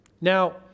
Now